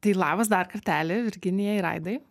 tai labas dar kartelį virginija ir aidai